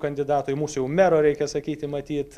kandidato į mūsų jau mero reikia sakyti matyt